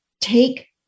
Take